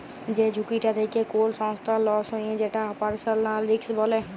যে ঝুঁকিটা থেক্যে কোল সংস্থার লস হ্যয়ে যেটা অপারেশনাল রিস্ক বলে